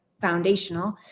foundational